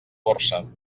borsa